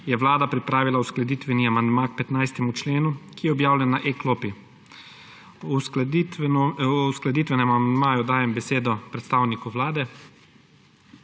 je Vlada pripravila uskladitveni amandma k 15. členu, ki je objavljen na e-klopi. O uskladitvenem amandmaju dajem besedo predstavniku Vlade.